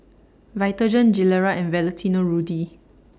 Vitagen Gilera and Valentino Rudy